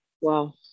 Wow